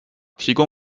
提供